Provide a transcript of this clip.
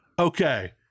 okay